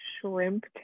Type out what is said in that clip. shrimp